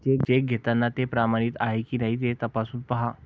check घेताना ते प्रमाणित आहे की नाही ते तपासून पाहा